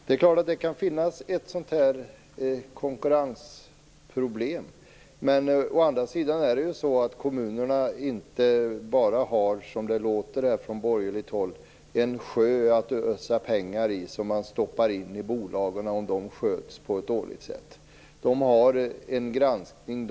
Det är klart att det kan finnas ett sådant här konkurrensproblem, men å andra sidan har kommunerna inte, som det låter här från borgerligt håll, någon sjö att ösa pengar ur, pengar som man stoppar in i bolagen om de sköts på ett dåligt sätt. Kommunerna är föremål för granskning.